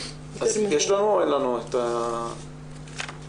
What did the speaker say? יש נציגה שלה פה, אם